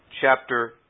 chapter